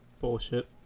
Bullshit